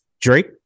Drake